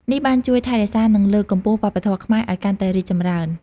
នេះបានជួយថែរក្សានិងលើកកម្ពស់វប្បធម៌ខ្មែរឱ្យកាន់តែរីកចម្រើន។